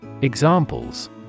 Examples